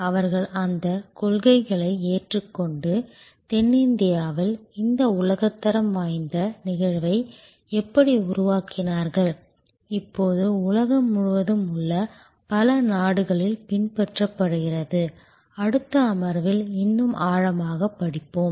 அவர்கள் அந்தக் கொள்கைகளை ஏற்றுக்கொண்டு தென்னிந்தியாவில் இந்த உலகத்தரம் வாய்ந்த நிகழ்வை எப்படி உருவாக்கினார்கள் இப்போது உலகம் முழுவதும் உள்ள பல நாடுகளில் பின்பற்றப்படுகிறது அடுத்த அமர்வில் இன்னும் ஆழமாகப் படிப்போம்